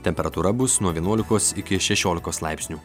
temperatūra bus nuo vienuolikos iki šešiolikos laipsnių